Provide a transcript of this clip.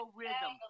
rhythm